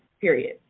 Period